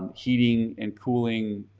heating and cooling